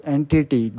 Entity